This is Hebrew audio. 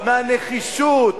מהנחישות,